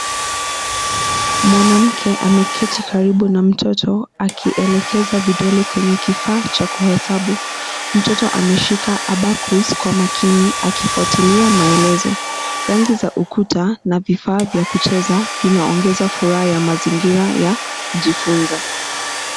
Mwanamke ameketi karibu na mtoto wakielekeza vidole kwenye kifaa cha kuhesabu. Mtoto ameshika [cs ] abacus [cs ] kwa makini akifuatilia maelezo. Rangi za ukuta na vifaa vya kuchezea vinaongeza furaha ya mazingira ya kujifunza.